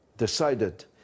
decided